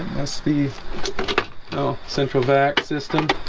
that's beef no central vac system